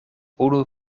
unu